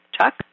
Chuck